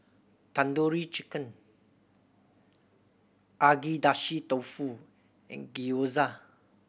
Tandoori Chicken Agedashi Dofu and Gyoza